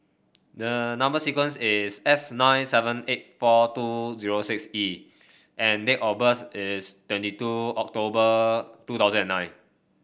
the number sequence is S nine seven eight four two zero six E and date of birth is twenty two October two thousand and nine